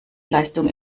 leistung